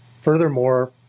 furthermore